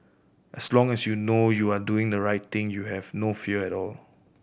as long as you know you are doing the right thing you have no fear at all